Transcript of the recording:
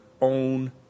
own